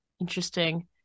Interesting